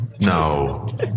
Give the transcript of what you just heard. No